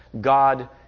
God